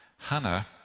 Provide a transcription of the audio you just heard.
Hannah